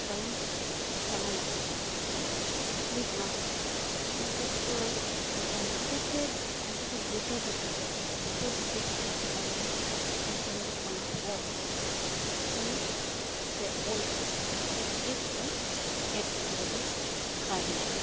ᱵᱟᱹᱧ ᱥᱟᱢᱟᱝ ᱟᱠᱟᱫᱟ ᱵᱟᱹᱧ ᱥᱟᱢᱟᱝ ᱟᱠᱟᱫᱟ ᱚᱱᱟᱛᱮ ᱥᱟᱱᱛᱟᱲᱤ ᱛᱮ ᱟᱢ ᱡᱩᱫᱤ ᱵᱩᱴᱟᱹ ᱵᱩᱴᱟᱹ ᱵᱩᱴᱟᱹ ᱵᱩᱴᱟᱹ ᱡᱩᱫᱤᱢ ᱵᱟᱰᱟᱭᱟ ᱮᱱᱠᱷᱟᱱ ᱫᱚ ᱚᱱᱟ ᱚᱞ ᱨᱮ ᱥᱮ ᱚᱞ ᱨᱮ ᱫᱚ ᱪᱮᱫ ᱦᱚᱸ ᱮᱸᱴᱠᱮᱴᱚᱬᱮ ᱫᱚ ᱵᱟᱭ ᱦᱤᱡᱩᱜᱼᱟ